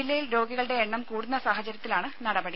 ജില്ലയിൽ രോഗികളുടെ എണ്ണംകൂടുന്ന സാഹചര്യത്തിലാണ് നടപടി